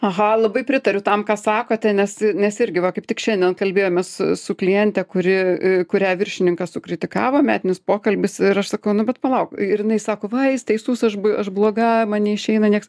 aha labai pritariu tam ką sakote nes nes irgi va kaip tik šiandien kalbėjomės su su kliente kuri kurią viršininkas sukritikavo metinis pokalbis ir aš sakau nu bet palauk ir jinai sako va jis teisus aš aš bloga man neišeina nieks